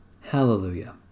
Hallelujah